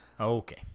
Okay